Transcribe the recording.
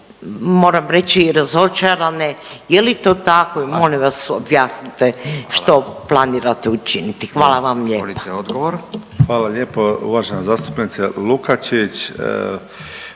moram reći i razočarane. Je li to tako? I molim vas objasnite što planirate učinite. Hvala vam lijepa. **Radin, Furio (Nezavisni)** Izvolite